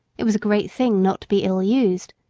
it was a great thing not to be ill-used,